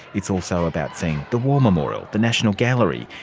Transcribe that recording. it's also about seeing the war memorial, the national gallery,